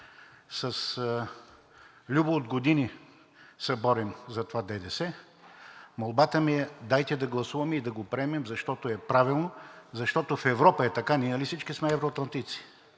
С Любо от години се борим за това ДДС. Молбата ми е – дайте да гласуваме и да го приемем, защото е правилно, защото в Европа е така. Нали всички сме евроатлантици?